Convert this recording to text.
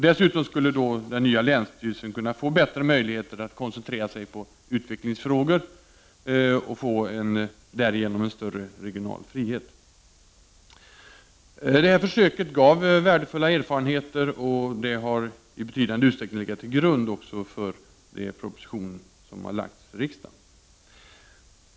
Dessutom skulle den nya länsstyrelsen då kunna få bättre möjligheter att koncentrera sig på utvecklingsfrågor och därigenom få en större regional frihet. Det här försöket gav värdefulla erfarenheter och har i betydande utsträckning legat till grund för den proposition som lagts fram för riksdagen.